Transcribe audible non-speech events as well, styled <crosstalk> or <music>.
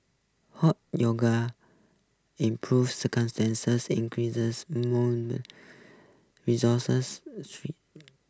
hot yoga improves <unintelligible> increases <unintelligible> resources <unintelligible>